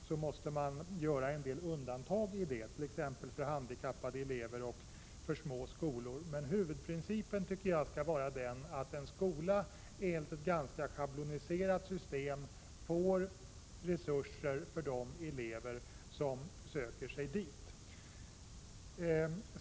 I samband med detta måste en del undantag göras, t.ex. för handikappade elever och för små skolor. Huvudprincipen tycker jag skall vara att en skola får resurser enligt ett ganska schabloniserat system för de elever som söker sig dit.